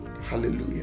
Hallelujah